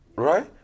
right